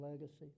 legacy